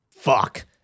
Fuck